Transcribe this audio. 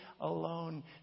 alone